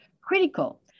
critical